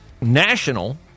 national